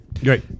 Great